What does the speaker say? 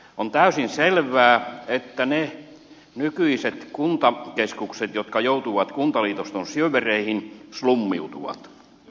on täysin selvää että ne nykyiset kuntakeskukset jotka joutuvat kuntaliitosten syövereihin slummiutuvat